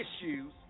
issues